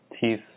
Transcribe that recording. teeth